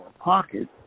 pocket